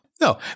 no